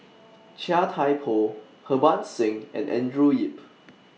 Chia Thye Poh Harbans Singh and Andrew Yip